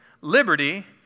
liberty